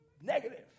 negative